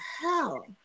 hell